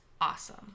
awesome